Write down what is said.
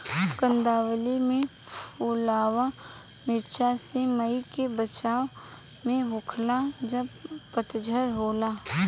कंदावली के फुलवा मार्च से मई के बिचवा में होखेला जब पतझर होला